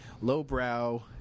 lowbrow